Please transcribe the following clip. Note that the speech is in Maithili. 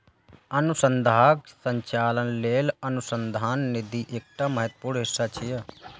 अनुसंधानक संचालन लेल अनुसंधान निधि एकटा महत्वपूर्ण हिस्सा छियै